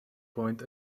point